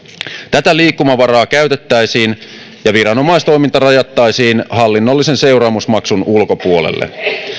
tätä liikkumavaraa käytettäisiin ja viranomaistoiminta rajattaisiin hallinnollisen seuraamusmaksun ulkopuolelle